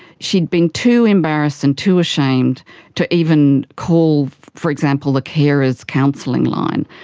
she'd been too embarrassed and too ashamed to even call, for example, the carers counselling line.